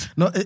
no